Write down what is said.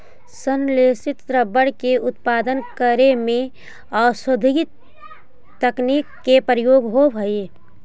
संश्लेषित रबर के उत्पादन करे में औद्योगिक तकनीक के प्रयोग होवऽ हइ